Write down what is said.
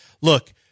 look